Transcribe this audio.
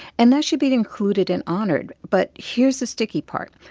and that should be included and honored. but here's the sticky part.